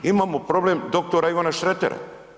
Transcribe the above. Imamo problem dr. Ivana Šretera.